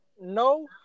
No